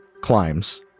climbs